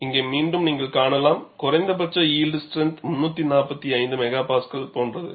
இங்கே மீண்டும் நீங்கள் காணலாம் குறைந்தபட்ச யில்ட் ஸ்ட்ரெந்த் 345 MPa போன்றது